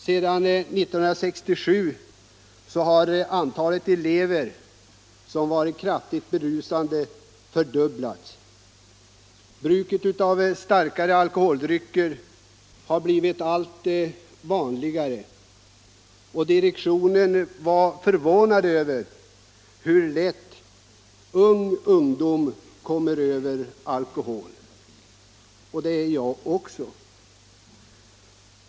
Sedan 1967 har antalet elever som varit kraftigt berusade fördubblats. Bruket av starkare alkoholdrycker har blivit vanligare. Direktionen var förvånad över hur lätt tonåringar kommer över alkohol. Det är jag också.